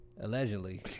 Allegedly